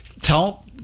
tell